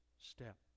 step